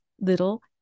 little